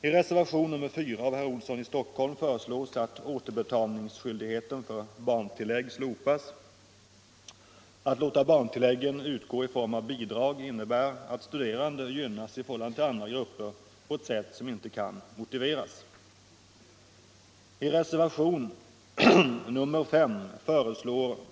I reservationen 4 av herr Olsson i Stockholm föreslås att återbetalningsskyldigheten för barntillägg slopas. Att låta barntilläggen utgå i form av bidrag innebär att studerande gynnas i förhållande till andra grupper på ett sätt som inte kan motiveras.